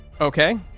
Okay